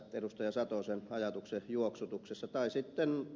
satosen ajatuksen juoksutuksessa tai sitten ed